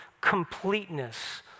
completeness